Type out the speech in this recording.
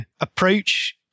approach